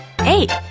eight